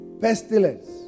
pestilence